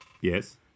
yes